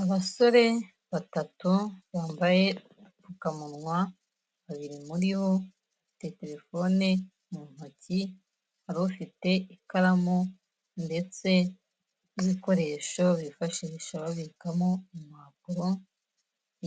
Abasore batatu bambaye udupfukamunwa babiri muribo bafite terefone mu nkoki hari ufite ikaramu ndetse n'ibikoresho bifashisha babikamo impapuro